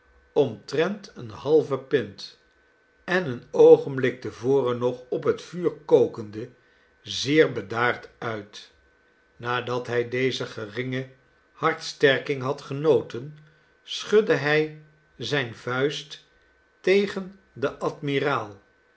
omtrent eene halve pint en een oogenblik te voren nog op het vuur kokende zeer bedaard uit nadat hij deze geringe hartsterking had genoten schudde hij zijne vuist tegen den admiraal